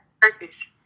purpose